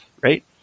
right